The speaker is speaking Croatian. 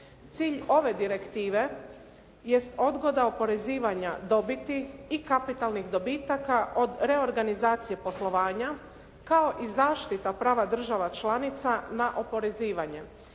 Cilj ove direktive, jest odgoda oporezivanja dobiti i kapitalnih dobitaka od reorganizacije poslovanja, kao i zaštita prava država članica na oporezivanje.